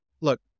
Look